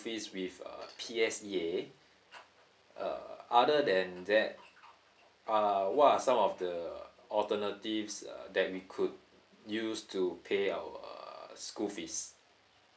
fees with uh P_S_E_A uh other than that uh what are some of the alternatives uh that we could use to pay our school fees